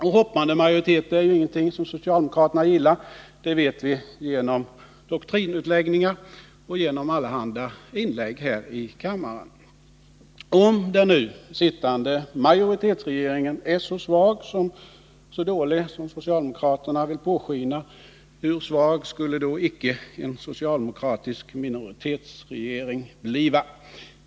Och hoppande majoriteter är ju inte någonting som socialdemokraterna gillar. Det vet vi genom vad som framgår av doktriner och allehanda utläggningar här i kammaren. Om den sittande majoritetsregeringen är så svag och dålig som socialdemokraterna vill låta påskina, hur svag skulle då icke en socialdemokratisk minoritetsregering bliva?